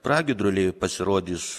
pragiedruliai pasirodys